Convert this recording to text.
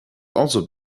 also